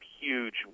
huge